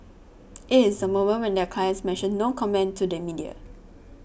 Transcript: it is the moment when their clients mention no comment to the media